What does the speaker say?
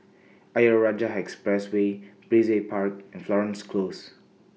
Ayer Rajah Expressway Brizay Park and Florence Close